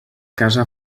casa